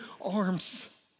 arms